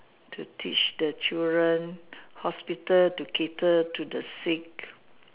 to teach the children hospital to cater to the sick